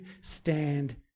stand